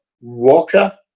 Walker